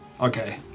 Okay